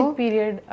period